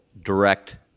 direct